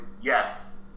yes